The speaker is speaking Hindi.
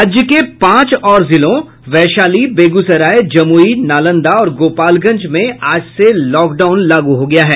राज्य के पांच और जिलों वैशाली बेगूसराय जमुई नालंदा और गोपालगंज में आज से लॉकडाउन लागू हो गया है